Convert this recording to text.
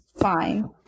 fine